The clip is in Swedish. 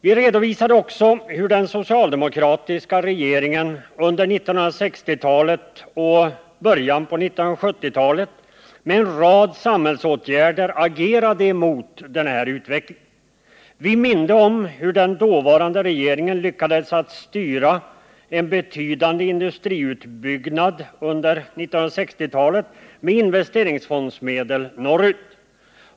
Vi redovisade också hur den socialdemokratiska regeringen under 1960-talet och 1970 talets början med en rad samhällsåtgärder agerade mot denna utveckling. Vi minde om hur den dåvarande regeringen under 1960-talet med investeringsfondsmedel lyckades att styra en betydande industriutbyggnad norrut.